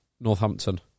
Northampton